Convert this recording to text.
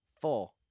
Four